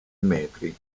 metri